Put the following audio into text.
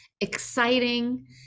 exciting